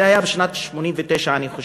זה היה בשנת 1989, אני חושב.